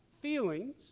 feelings